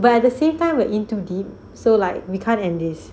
but at the same time we are into deep so like we can't end this